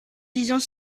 disant